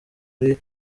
ari